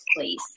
please